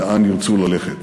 לאן ירצו ללכת.